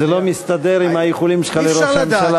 זה לא מסתדר עם האיחולים שלך לראש הממשלה.